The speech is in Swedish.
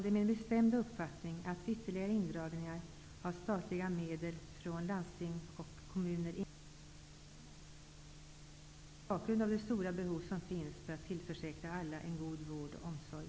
Det är min bestämda uppfattning att ytterligare indragningar när det gäller statliga medel till landsting och kommuner inte kan komma i fråga de närmaste åren mot bakgrund av de stora behov som finns för att tillförsäkra alla en god vård och omsorg.